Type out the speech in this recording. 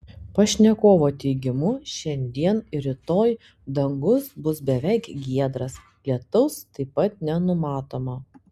pašnekovo teigimu šiandien ir rytoj dangus bus beveik giedras lietaus taip pat nenumatoma